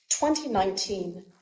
2019